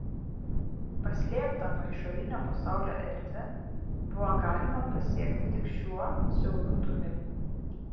paslėptą nuo išorinio pasaulio erdvę buvo galima pasiekti tik šiuo siauru tuneliu